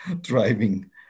driving